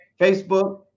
Facebook